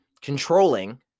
controlling